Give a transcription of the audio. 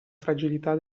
fragilità